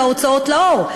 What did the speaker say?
וההוצאות לאור,